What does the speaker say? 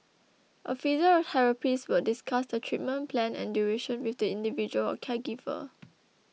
a physiotherapist would discuss the treatment plan and duration with the individual or caregiver